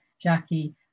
Jackie